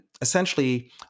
essentially